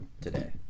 today